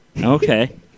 Okay